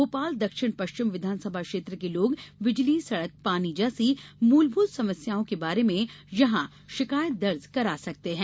भोपाल दक्षिण पश्चिम विधानसभा क्षेत्र के लोग बिजली सड़क पानी जैसी मूलभूत समस्याओं के बारे में यहां शिकायत दर्ज करा सकते हैं